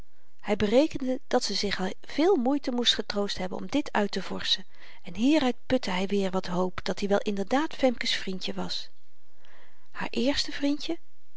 hy berekende dat ze zich veel moeite moest getroost hebben om dit uittevorschen en hieruit putte hy weer wat hoop dat-i wel inderdaad femke's vrindje was haar éérste vrindje